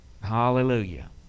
Hallelujah